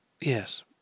Yes